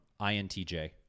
INTJ